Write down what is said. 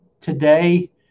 today